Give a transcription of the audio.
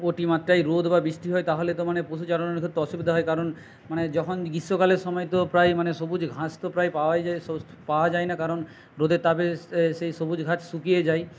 অতি মাত্রায় রোদ বা বৃষ্টি হয় তাহলে তো মানে পশুচারণের ক্ষেত্রে অসুবিধা হয় কারণ মানে যখন গ্রীষ্মকালের সময় তো প্রায় মানে সবুজ ঘাস তো প্রায় পাওয়াই যায় পাওয়া যায় না কারণ রোদের তাপে সেই সবুজ ঘাস শুকিয়ে যায়